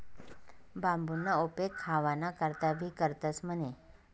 बांबूना उपेग खावाना करता भी करतंस म्हणे